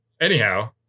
Anyhow